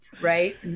Right